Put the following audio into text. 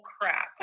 crap